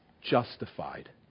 justified